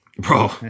Bro